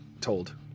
told